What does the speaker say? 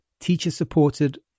teacher-supported